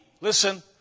listen